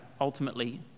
ultimately